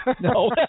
no